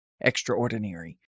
extraordinary